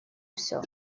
всё